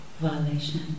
violation